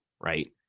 right